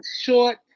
short